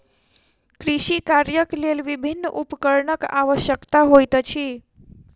कृषि कार्यक लेल विभिन्न उपकरणक आवश्यकता होइत अछि